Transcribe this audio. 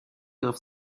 griff